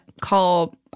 call